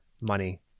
money